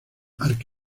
arq